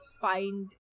find